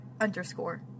underscore